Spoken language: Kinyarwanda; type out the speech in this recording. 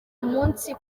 umunsi